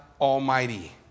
Almighty